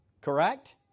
correct